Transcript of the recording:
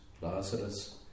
Lazarus